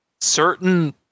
certain